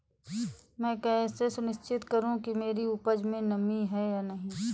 मैं कैसे सुनिश्चित करूँ कि मेरी उपज में नमी है या नहीं है?